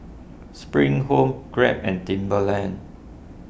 Spring Home Grab and Timberland